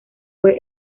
fue